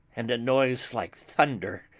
and a noise like thunder,